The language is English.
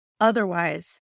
Otherwise